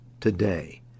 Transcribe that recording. today